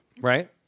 right